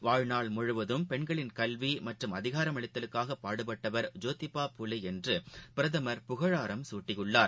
வாழ்நாள் பெண்களின் கல்விமற்றும் அதிகாரமளித்தலுக்காகபாடுபட்டவர் ஜோதிபா முழுவதம் புலேஎன்றுபிரதமர் புகழாரம் சூட்டியுள்ளார்